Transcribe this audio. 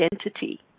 identity